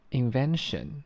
invention